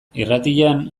irratian